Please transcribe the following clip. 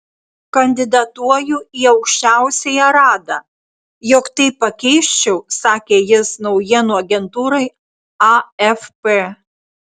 kandidatuoju į aukščiausiąją radą jog tai pakeisčiau sakė jis naujienų agentūrai afp